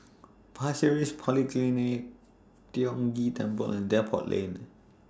Pasir Ris Polyclinic Tiong Ghee Temple and Depot Lane